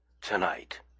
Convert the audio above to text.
tonight